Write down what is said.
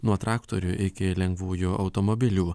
nuo traktorių iki lengvųjų automobilių